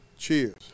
Cheers